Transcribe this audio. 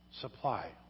supply